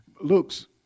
Luke's